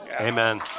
Amen